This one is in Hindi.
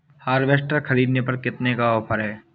हार्वेस्टर ख़रीदने पर कितनी का ऑफर है?